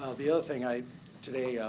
ah the other thing i today